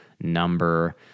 number